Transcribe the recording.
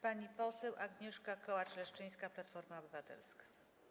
Pani poseł Agnieszka Kołacz-Leszczyńska, Platforma Obywatelska.